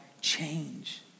change